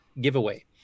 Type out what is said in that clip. giveaway